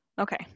okay